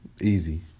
Easy